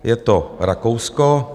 Je to Rakousko.